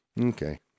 Okay